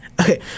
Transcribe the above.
okay